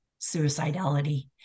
suicidality